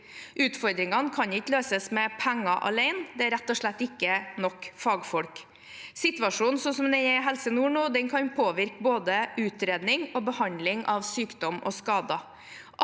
Utfordringene kan ikke løses med penger alene – det er rett og slett ikke nok fagfolk. Situasjonen slik den er i Helse nord, kan påvirke både utredning og behandling av sykdom og skader.